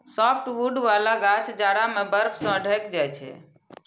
softwood बला गाछ जाड़ा मे बर्फ सं ढकि जाइ छै